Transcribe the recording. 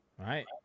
right